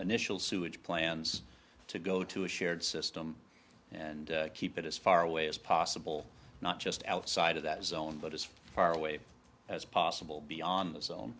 initial sewage plans to go to a shared system and keep it as far away as possible not just outside of that zone but as far away as possible beyond